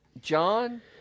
John